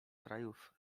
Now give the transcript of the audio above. krajów